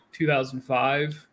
2005